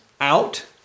out